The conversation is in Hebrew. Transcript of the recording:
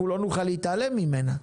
אנחנו לא נוכל להתעלם ממנה,